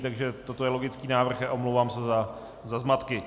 Takže toto je logický návrh, omlouvám se za zmatky.